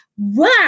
Wow